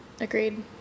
Agreed